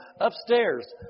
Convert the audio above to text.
upstairs